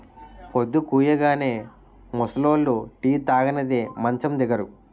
పొద్దుకూయగానే ముసలోళ్లు టీ తాగనిదే మంచం దిగరు